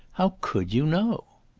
how could you know?